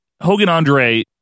Hogan-Andre